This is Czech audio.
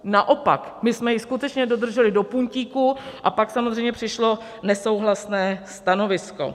Naopak, my jsme ji skutečně dodrželi do puntíku, a pak samozřejmě přišlo nesouhlasné stanovisko.